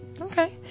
Okay